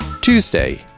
Tuesday